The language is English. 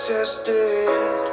Tested